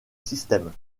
système